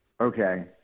Okay